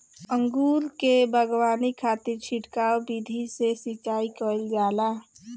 अंगूर के बगावानी खातिर छिड़काव विधि से सिंचाई कईल जाला